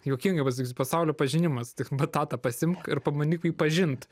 juokingai pasakysiu pasaulio pažinimas tik batatą pasiimk ir pabandyk jį pažint